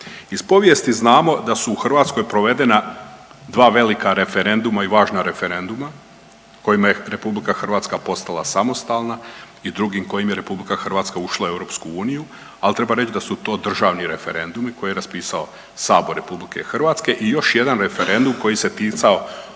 Iz povijesti znamo da su u Hrvatskoj provedena dva velika referenduma i važna referenduma kojima je Republika Hrvatska postala samostalna i drugim kojim je Republika Hrvatska ušla u EU. Ali treba reći da su to državni referendumi koje je raspisao Sabor Republike Hrvatske i još jedan referendum koji se ticao